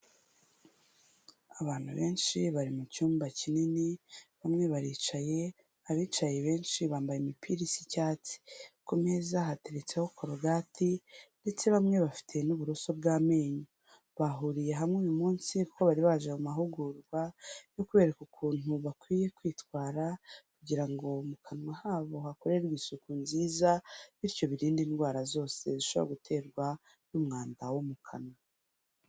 Abantu benshi bari mu cyumba kinini bamwe baricaye abicaye benshi bambaye imipira isa icyatsi, kumeza hateretseho corogate ndetse bamwe bafite n'uburoso bw'amenyo bahuriye hamwe uyu munsi kuko bari baje mumahugurwa yo kubereka ukuntu bakwiye kwitwara kugira ngo mukanwa habo hakorerwe isuku nziza bityo birinde indwara zose zishobora guterwa n'umwanda wo mukanwa.